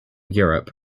europe